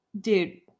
Dude